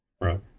Right